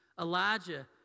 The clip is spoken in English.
Elijah